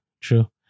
true